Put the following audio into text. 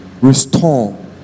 restore